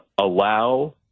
allow